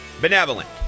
benevolent